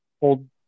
hold